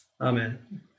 Amen